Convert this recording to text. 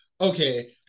okay